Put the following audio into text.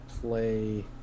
play